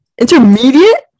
Intermediate